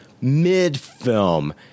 mid-film